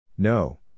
No